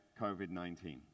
COVID-19